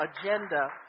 agenda